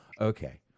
Okay